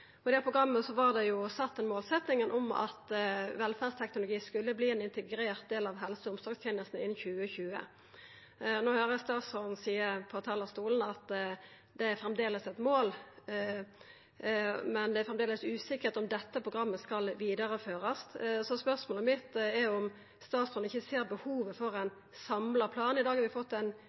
Nasjonalt velferdsteknologiprogram. I programmet var det ei målsetjing at velferdsteknologien skulle verta ein integrert del av helse- og omsorgstenestene innan 2020. No høyrer eg statsråden seia frå talarstolen at det framleis er eit mål, men at det framleis er usikkert om dette programmet skal vidareførast. Spørsmålet mitt er om statsråden ikkje ser behovet for ein samla plan. I dag har vi fått ganske mange forslag som går på enkeltting. Treng vi ikkje eit samla program, ein